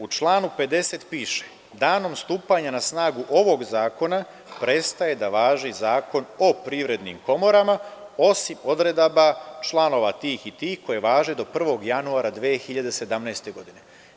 U članu 50. piše – danom stupanja na snagu ovog zakona prestaje da važi Zakon o Privrednim komorama osim odredaba članova tih i tih koji važe do 1. januara 2017. godine.